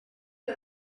der